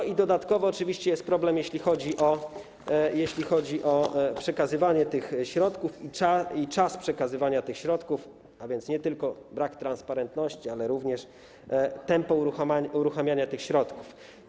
I dodatkowo oczywiście jest problem, jeśli chodzi o przekazywanie tych środków i czas przekazywania tych środków, a więc nie tylko brak transparentności, ale również tempo uruchamiania tych środków.